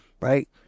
right